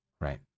Right